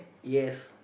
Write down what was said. yes